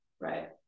Right